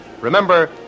Remember